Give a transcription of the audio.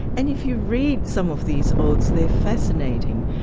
and if you read some of these odes, they're fascinating.